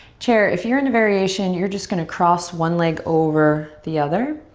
chair, if you're in a variation you're just going to cross one leg over the other.